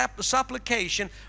supplication